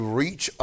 reach